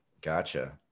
gotcha